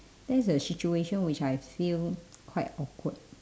that is a situation which I feel quite awkward